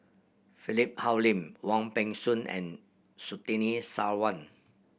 Philip Hoalim Wong Peng Soon and Surtini Sarwan